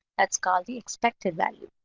that's called the expected value.